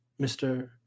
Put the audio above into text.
Mr